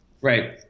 Right